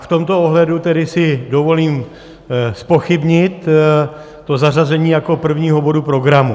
V tomto ohledu tedy si dovolím zpochybnit to zařazení jako prvního bodu programu.